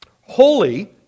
holy